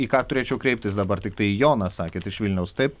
į ką turėčiau kreiptis dabar tiktai jonas sakėt iš vilniaus taip